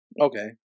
Okay